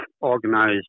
organized